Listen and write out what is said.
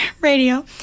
radio